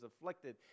afflicted